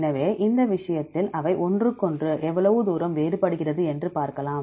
எனவே இந்த விஷயத்தில் அவை ஒன்றுக்கொன்று எவ்வளவு தூரம் வேறுபடுகிறது என்று பார்த்தால்